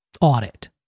audit